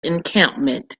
encampment